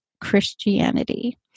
Christianity